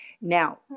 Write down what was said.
Now